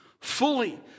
Fully